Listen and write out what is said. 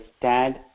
stand